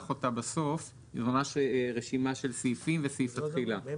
ממש רשימה של סעיפים וסעיף התחילה.